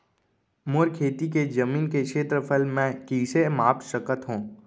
मोर खेती के जमीन के क्षेत्रफल मैं कइसे माप सकत हो?